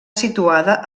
situada